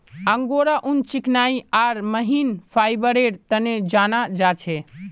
angora ऊन चिकनाई आर महीन फाइबरेर तने जाना जा छे